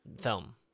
film